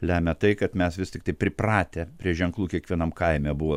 lemia tai kad mes vis tiktai pripratę prie ženklų kiekvienam kaime buvo